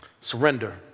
Surrender